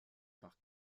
par